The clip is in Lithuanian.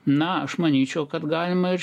na aš manyčiau kad galima ir